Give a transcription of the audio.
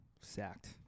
sacked